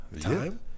Time